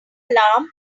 alarm